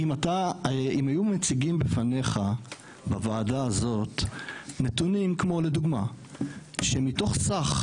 אם אתה אם היו מציגים בפניך בוועדה הזאת נתונים כמו לדוגמא שמתוך סך